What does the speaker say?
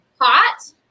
hot